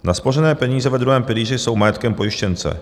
Naspořené peníze ve druhém pilíři jsou majetkem pojištěnce.